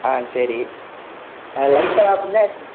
ஆ சரி லைட்டாக பின்னாடி